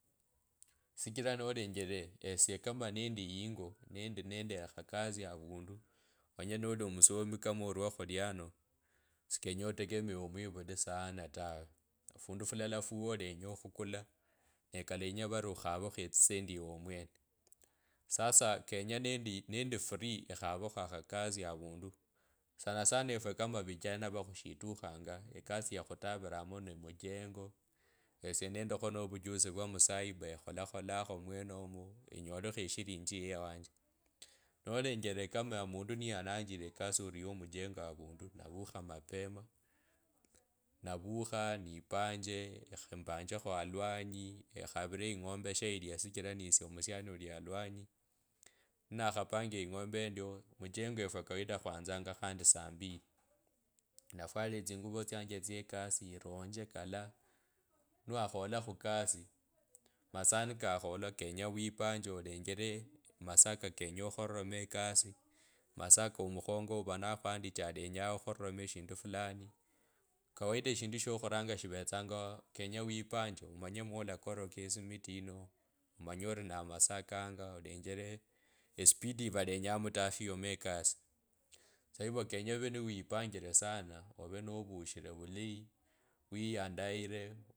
Shichira nolengele esie kama nendi ingo nende akhakasi avundu omanye noliomusomi kama ori wakhuliano sikenye otegemea omwivuli sana tawe fundu fulala fuo olinya okhukula na kalenya vari okhavekho etsisendi ewe omwene sasa kenye nendi nendi free ekhavekho akhakasi avundu sanasana efye kama vijana bakhushitukhanga ekasi yakutavirangomo ni mujengo esie nendikho no vuyanzi vya musaiba ekholakholakha mwenemo, enyolekho eshilingi yewanje, nolengele kama mundu niyalanjile ekasi ori yo omujengo avundu, novukha mapema, novukha nipanda embanjekho aluanyi ekhavilekho ingo’mbe shichira shichira natsye omutsyaniuli aluanyi ninakhapenda ing’ombe endio mujengo efyee kawaida khwanzanga saa mbili. Nafwala estingovo tsanje tsie kasi eronge kalaa niwakhola khukasi masaa nikakhola kenye weponje masaa kakakhanje okhariramo ekasi masaa yso mukhongo uva nakhandinje alenyanga okhariramo eshindu fulani kawaida eshindu tsyo khuranga shivetsanga kenye weponje omanye mwa olakoroka esimiti ino omanye ori masaa kango olenjele espidi yavalenya mtafiemo ekasi sahivyo kenye ovee ni wipanjile sana ove novushile vulayi wiyandaile.